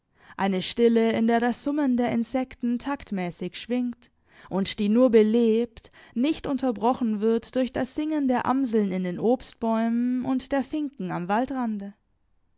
eine stille in der das summen der insekten taktmäßig schwingt und die nur belebt nicht unterbrochen wird durch das singen der amseln in den obstbäumen und der finken am waldrande